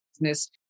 business